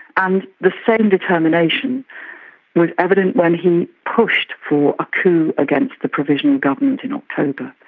and the same determination was evident when he pushed for a coup against the provisional government in october,